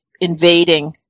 invading